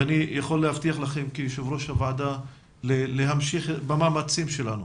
אני יכול להבטיח לכם כיושב ראש הוועדה שנמשיך במאמצים שלנו